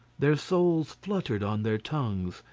their souls fluttered on their tongues,